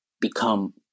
become